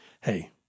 Hey